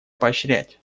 поощрять